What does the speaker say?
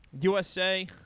USA